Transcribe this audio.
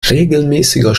regelmäßiger